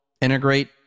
integrate